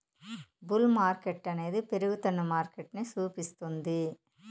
bull మార్కెట్టనేది పెరుగుతున్న మార్కెటని సూపిస్తుంది